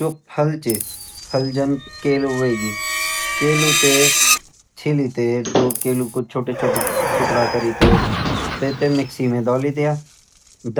जु फल छ जन कैलु होएगी केलु तैं छीली तै केलु का छोटा छोटा टुकडा करी तैं तै थैं मिक्सी म डाली द्या